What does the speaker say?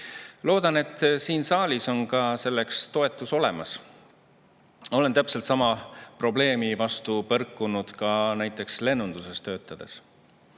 Loodan, et siin saalis on ka selleks toetus olemas. Ma olen täpselt sama probleemi vastu põrkunud ka lennunduses töötades.